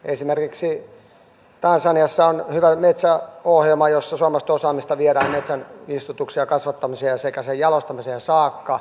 esimerkiksi tansaniassa on hyvä metsäohjelma johon suomalaista osaamista viedään metsän istutukseen ja kasvattamiseen sekä jalostamiseen saakka